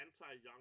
anti-young